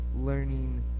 learning